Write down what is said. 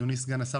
אדוני סגן השר,